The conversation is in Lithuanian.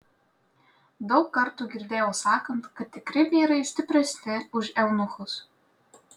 daug kartų girdėjau sakant kad tikri vyrai stipresni už eunuchus